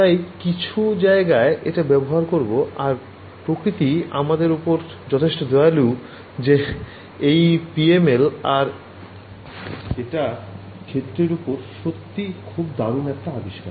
তাই কিছু জায়গায় এটা ব্যবহার করবো আর প্রকৃতি আমাদের ওপর যথেষ্ট দয়ালু যে এটাই PML আর এটা ক্ষেত্রের ওপর সত্যই খুব দারুণ এক আবিস্কার